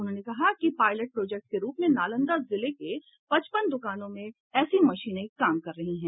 उन्होंने कहा कि पायलट प्रोजेक्ट के रूप में नालंदा जिले के पचपन दुकानों में ऐसी मशीने काम कर रही हैं